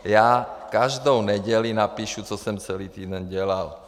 Já každou neděli napíšu, co jsem celý týden dělal.